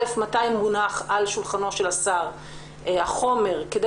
מתי יונח על שולחנו של השר החומר כדי